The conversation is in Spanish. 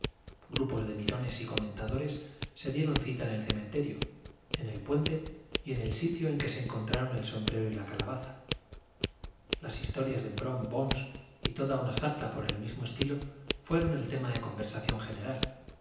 grupos de mirones y comentadores se dieron cita en el cementerio en el puente y en el sitio en que se encontraron el sombrero y la calabaza las historias de brom bones y toda una sarta por el mismo estilo fueron el tema de conversación general